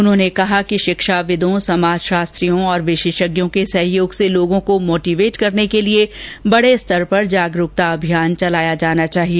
उन्होंने कहा कि शिक्षाविदों समाजशास्त्रियों और विशेषज्ञों के सहयोग से लोगों को मोटिवेट करने के लिए बड़े स्तर पर जागरूकता अभियान चलाया जाना चाहिए